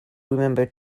remember